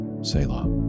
Selah